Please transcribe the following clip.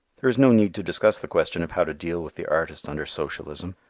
there is no need to discuss the question of how to deal with the artist under socialism.